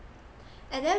and then